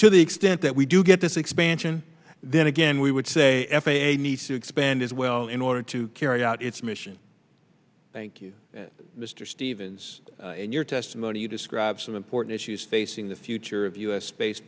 to the extent that we do get this expansion then again we would say f a a needs to expand as well in order to carry out its mission thank you mr stevens in your testimony you describe some important issues facing the future of u